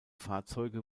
fahrzeuge